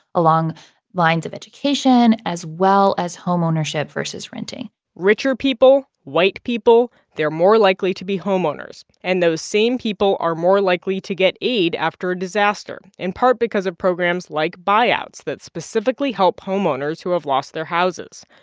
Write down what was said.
along lines of education, as well as home ownership versus renting richer people, white people, they're more likely to be homeowners, and those same people are more likely to get aid after a disaster, in part because of programs like buyouts that specifically help homeowners who have lost their houses.